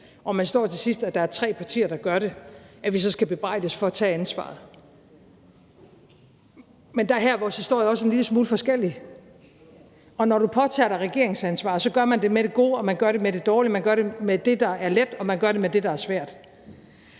og man står til sidst og tre partier gør det, at de så skal bebrejdes for at tage ansvaret. Men der er vores historie også en lille smule forskellig her. Og når man påtager sig regeringsansvaret, gør man det med det gode, man gør det med det dårlige, man gør det med det, der er let, og man gør det med det, der er svært.